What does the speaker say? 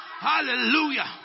hallelujah